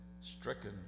Stricken